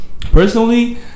personally